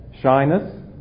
shyness